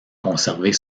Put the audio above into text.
conserver